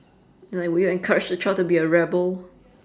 and like would you encourage the child to be a rebel